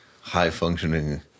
high-functioning